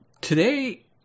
today